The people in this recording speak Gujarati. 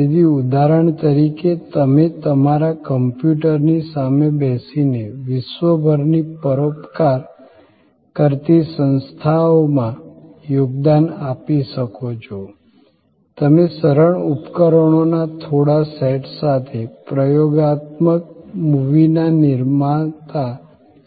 તેથી ઉદાહરણ તરીકે તમે તમારા કમ્પ્યુટરની સામે બેસીને વિશ્વભરની પરોપકાર કરતી સંસ્થાઓમાં યોગદાન આપી શકો છો તમે સરળ ઉપકરણોના થોડા સેટ સાથે પ્રયોગાત્મક મૂવીના નિર્માતા